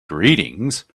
greetings